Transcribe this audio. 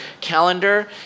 calendar